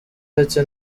uretse